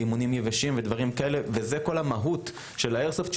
לאימונים יבשים ודברים כאלה - וזו כל המהות של האיירסופט,